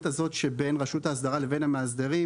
הזאת שבין רשות האסדרה לבין המאסדרים,